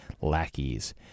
lackeys